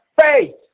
faith